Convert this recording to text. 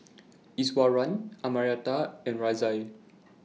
Iswaran Amartya and Razia